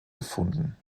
gefunden